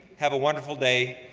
have a wonderful day,